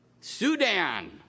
Sudan